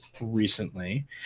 recently